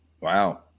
Wow